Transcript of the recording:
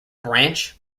branch